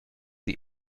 sie